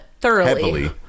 thoroughly